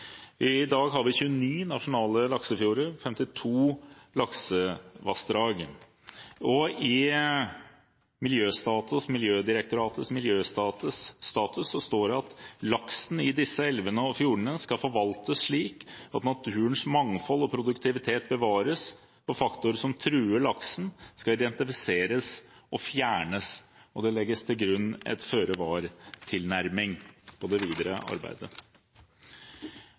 I dag har vi 29 nasjonale laksefjorder og 52 laksevassdrag. I Miljødirektoratets miljøstatus står det: «Laksen i disse elvene og fjordene skal forvaltes slik at naturens mangfold og produktivitet bevares, og faktorer som truer laksen, skal identifiseres og fjernes.» Det legges til grunn en føre-var-tilnærming i det videre arbeidet.